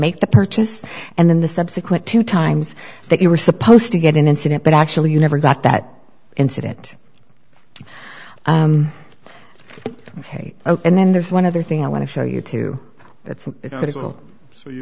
make the purchase and then the subsequent two times that you were supposed to get an incident but actually you never got that incident ok ok and then there's one other thing i want to show you too